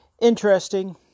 interesting